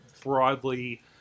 broadly